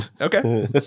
Okay